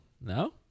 no